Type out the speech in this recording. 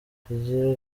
rigira